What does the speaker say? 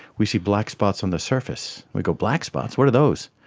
we see blackspots on the surface. we go, blackspots, what are those?